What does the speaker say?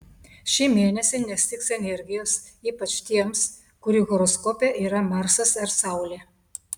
šį mėnesį nestigs energijos ypač tiems kurių horoskope yra marsas ar saulė